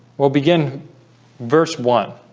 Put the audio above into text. well begin verse one